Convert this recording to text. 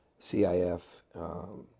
CIF